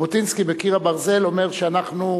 ז'בוטינסקי ב"קיר הברזל" אומר שאנחנו,